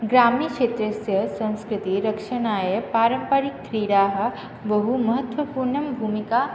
ग्राम्यक्षेत्रस्य संस्कृतेः रक्षणाय पारम्परिकक्रीडाः बहु महत्वपूर्णा भूमिका